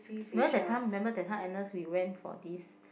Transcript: because that time remember that time Agnes we went for this